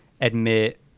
admit